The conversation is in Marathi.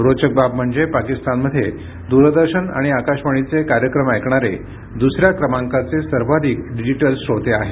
रोचक बाब म्हणजे पाकिस्तानमध्ये द्रदर्शन आणि आकाशवाणीचे कार्यक्रम ऐकणारे द्रसऱ्या क्रमांकाचे सर्वाधिक डिजिटल श्रोते आहेत